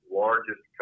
largest